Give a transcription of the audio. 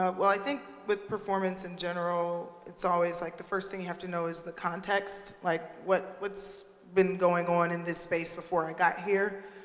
ah well, i think with performance, in general, it's always like the first thing you have to know is the context. like what's been going on in this space before i got here?